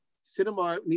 cinema